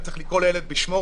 וצריך לקרוא לילד בשמו,